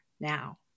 now